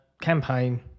Campaign